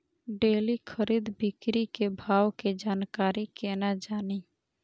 Daily खरीद बिक्री के भाव के जानकारी केना जानी?